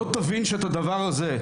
לא תבין שהדבר הזה,